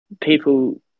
people